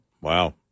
wow